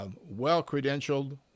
well-credentialed